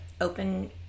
open